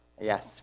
Yes